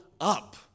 up